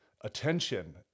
attention